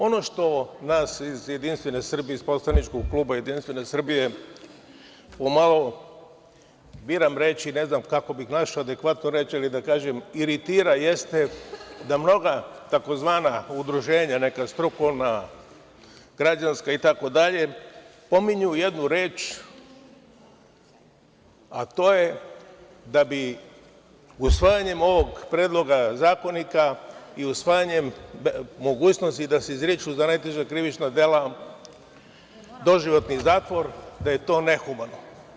Ono što nas iz JS, poslaničkog kluba JS pomalo, biram reči, ne znam kako bih našao adekvatnu reč, iritira jeste da mnoga tzv. udruženja, neka strukovna, građanska itd. pominju jednu reč, a to je da bi usvajanjem ovog predloga zakonika, usvajanjem mogućnosti da se izriče za najteža krivična dela doživotni zatvor nehumano.